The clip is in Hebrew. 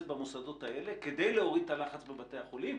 במוסדות האלה כדי להוריד את הלחץ בבתי החולים,